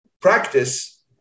practice